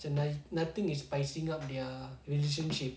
macam there's nothing is spicing up their relationship